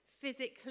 physically